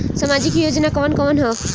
सामाजिक योजना कवन कवन ह?